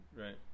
right